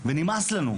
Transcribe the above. ונמאס לנו.